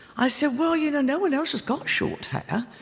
i said, well, you know, no one else has got short hair.